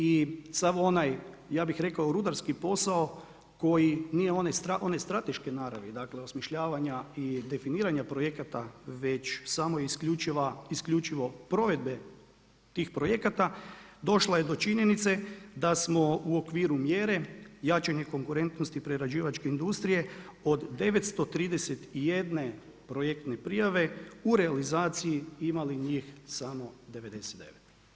I sav onaj ja bih rekao rudarski posao koji nije one strateške naravi, dakle osmišljavanja i definiranja projekata već samo i isključivo provedbe tih projekata došla je do činjenice da smo u okviru mjere jačanje konkurentnosti prerađivačke industrije od 931 projektne prijave u realizaciji imali njih samo 99.